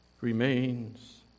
remains